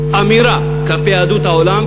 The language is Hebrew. לא גופות של זרים.